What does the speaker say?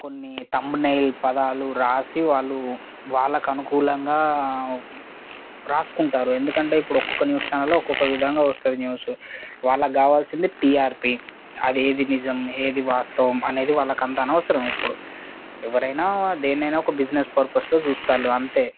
కొన్ని థంబ్నైల్ పదాలు వ్రాసి వాళ్ళు వాళ్ళకి అనుకూలంగా వ్రాసుకుంటారు ఎందుకంటే ఇప్పుడు ఒక్కొక్క న్యూస్ ఛానెల్లో ఒక్కొక్క విధంగా వస్తుంది న్యూసు వాళ్ళకి కావాల్సింది టీఆర్పీ అది ఏది నిజం ఏది వాస్తవం అనేది వాళ్ళకు అంత అనవసరం ఇప్పుడు ఎవరైనా దేన్నైనా ఒక బిజినెస్ పర్పస్లో చూస్తాండ్లు అంతే